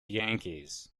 yankees